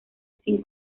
sin